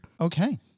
Okay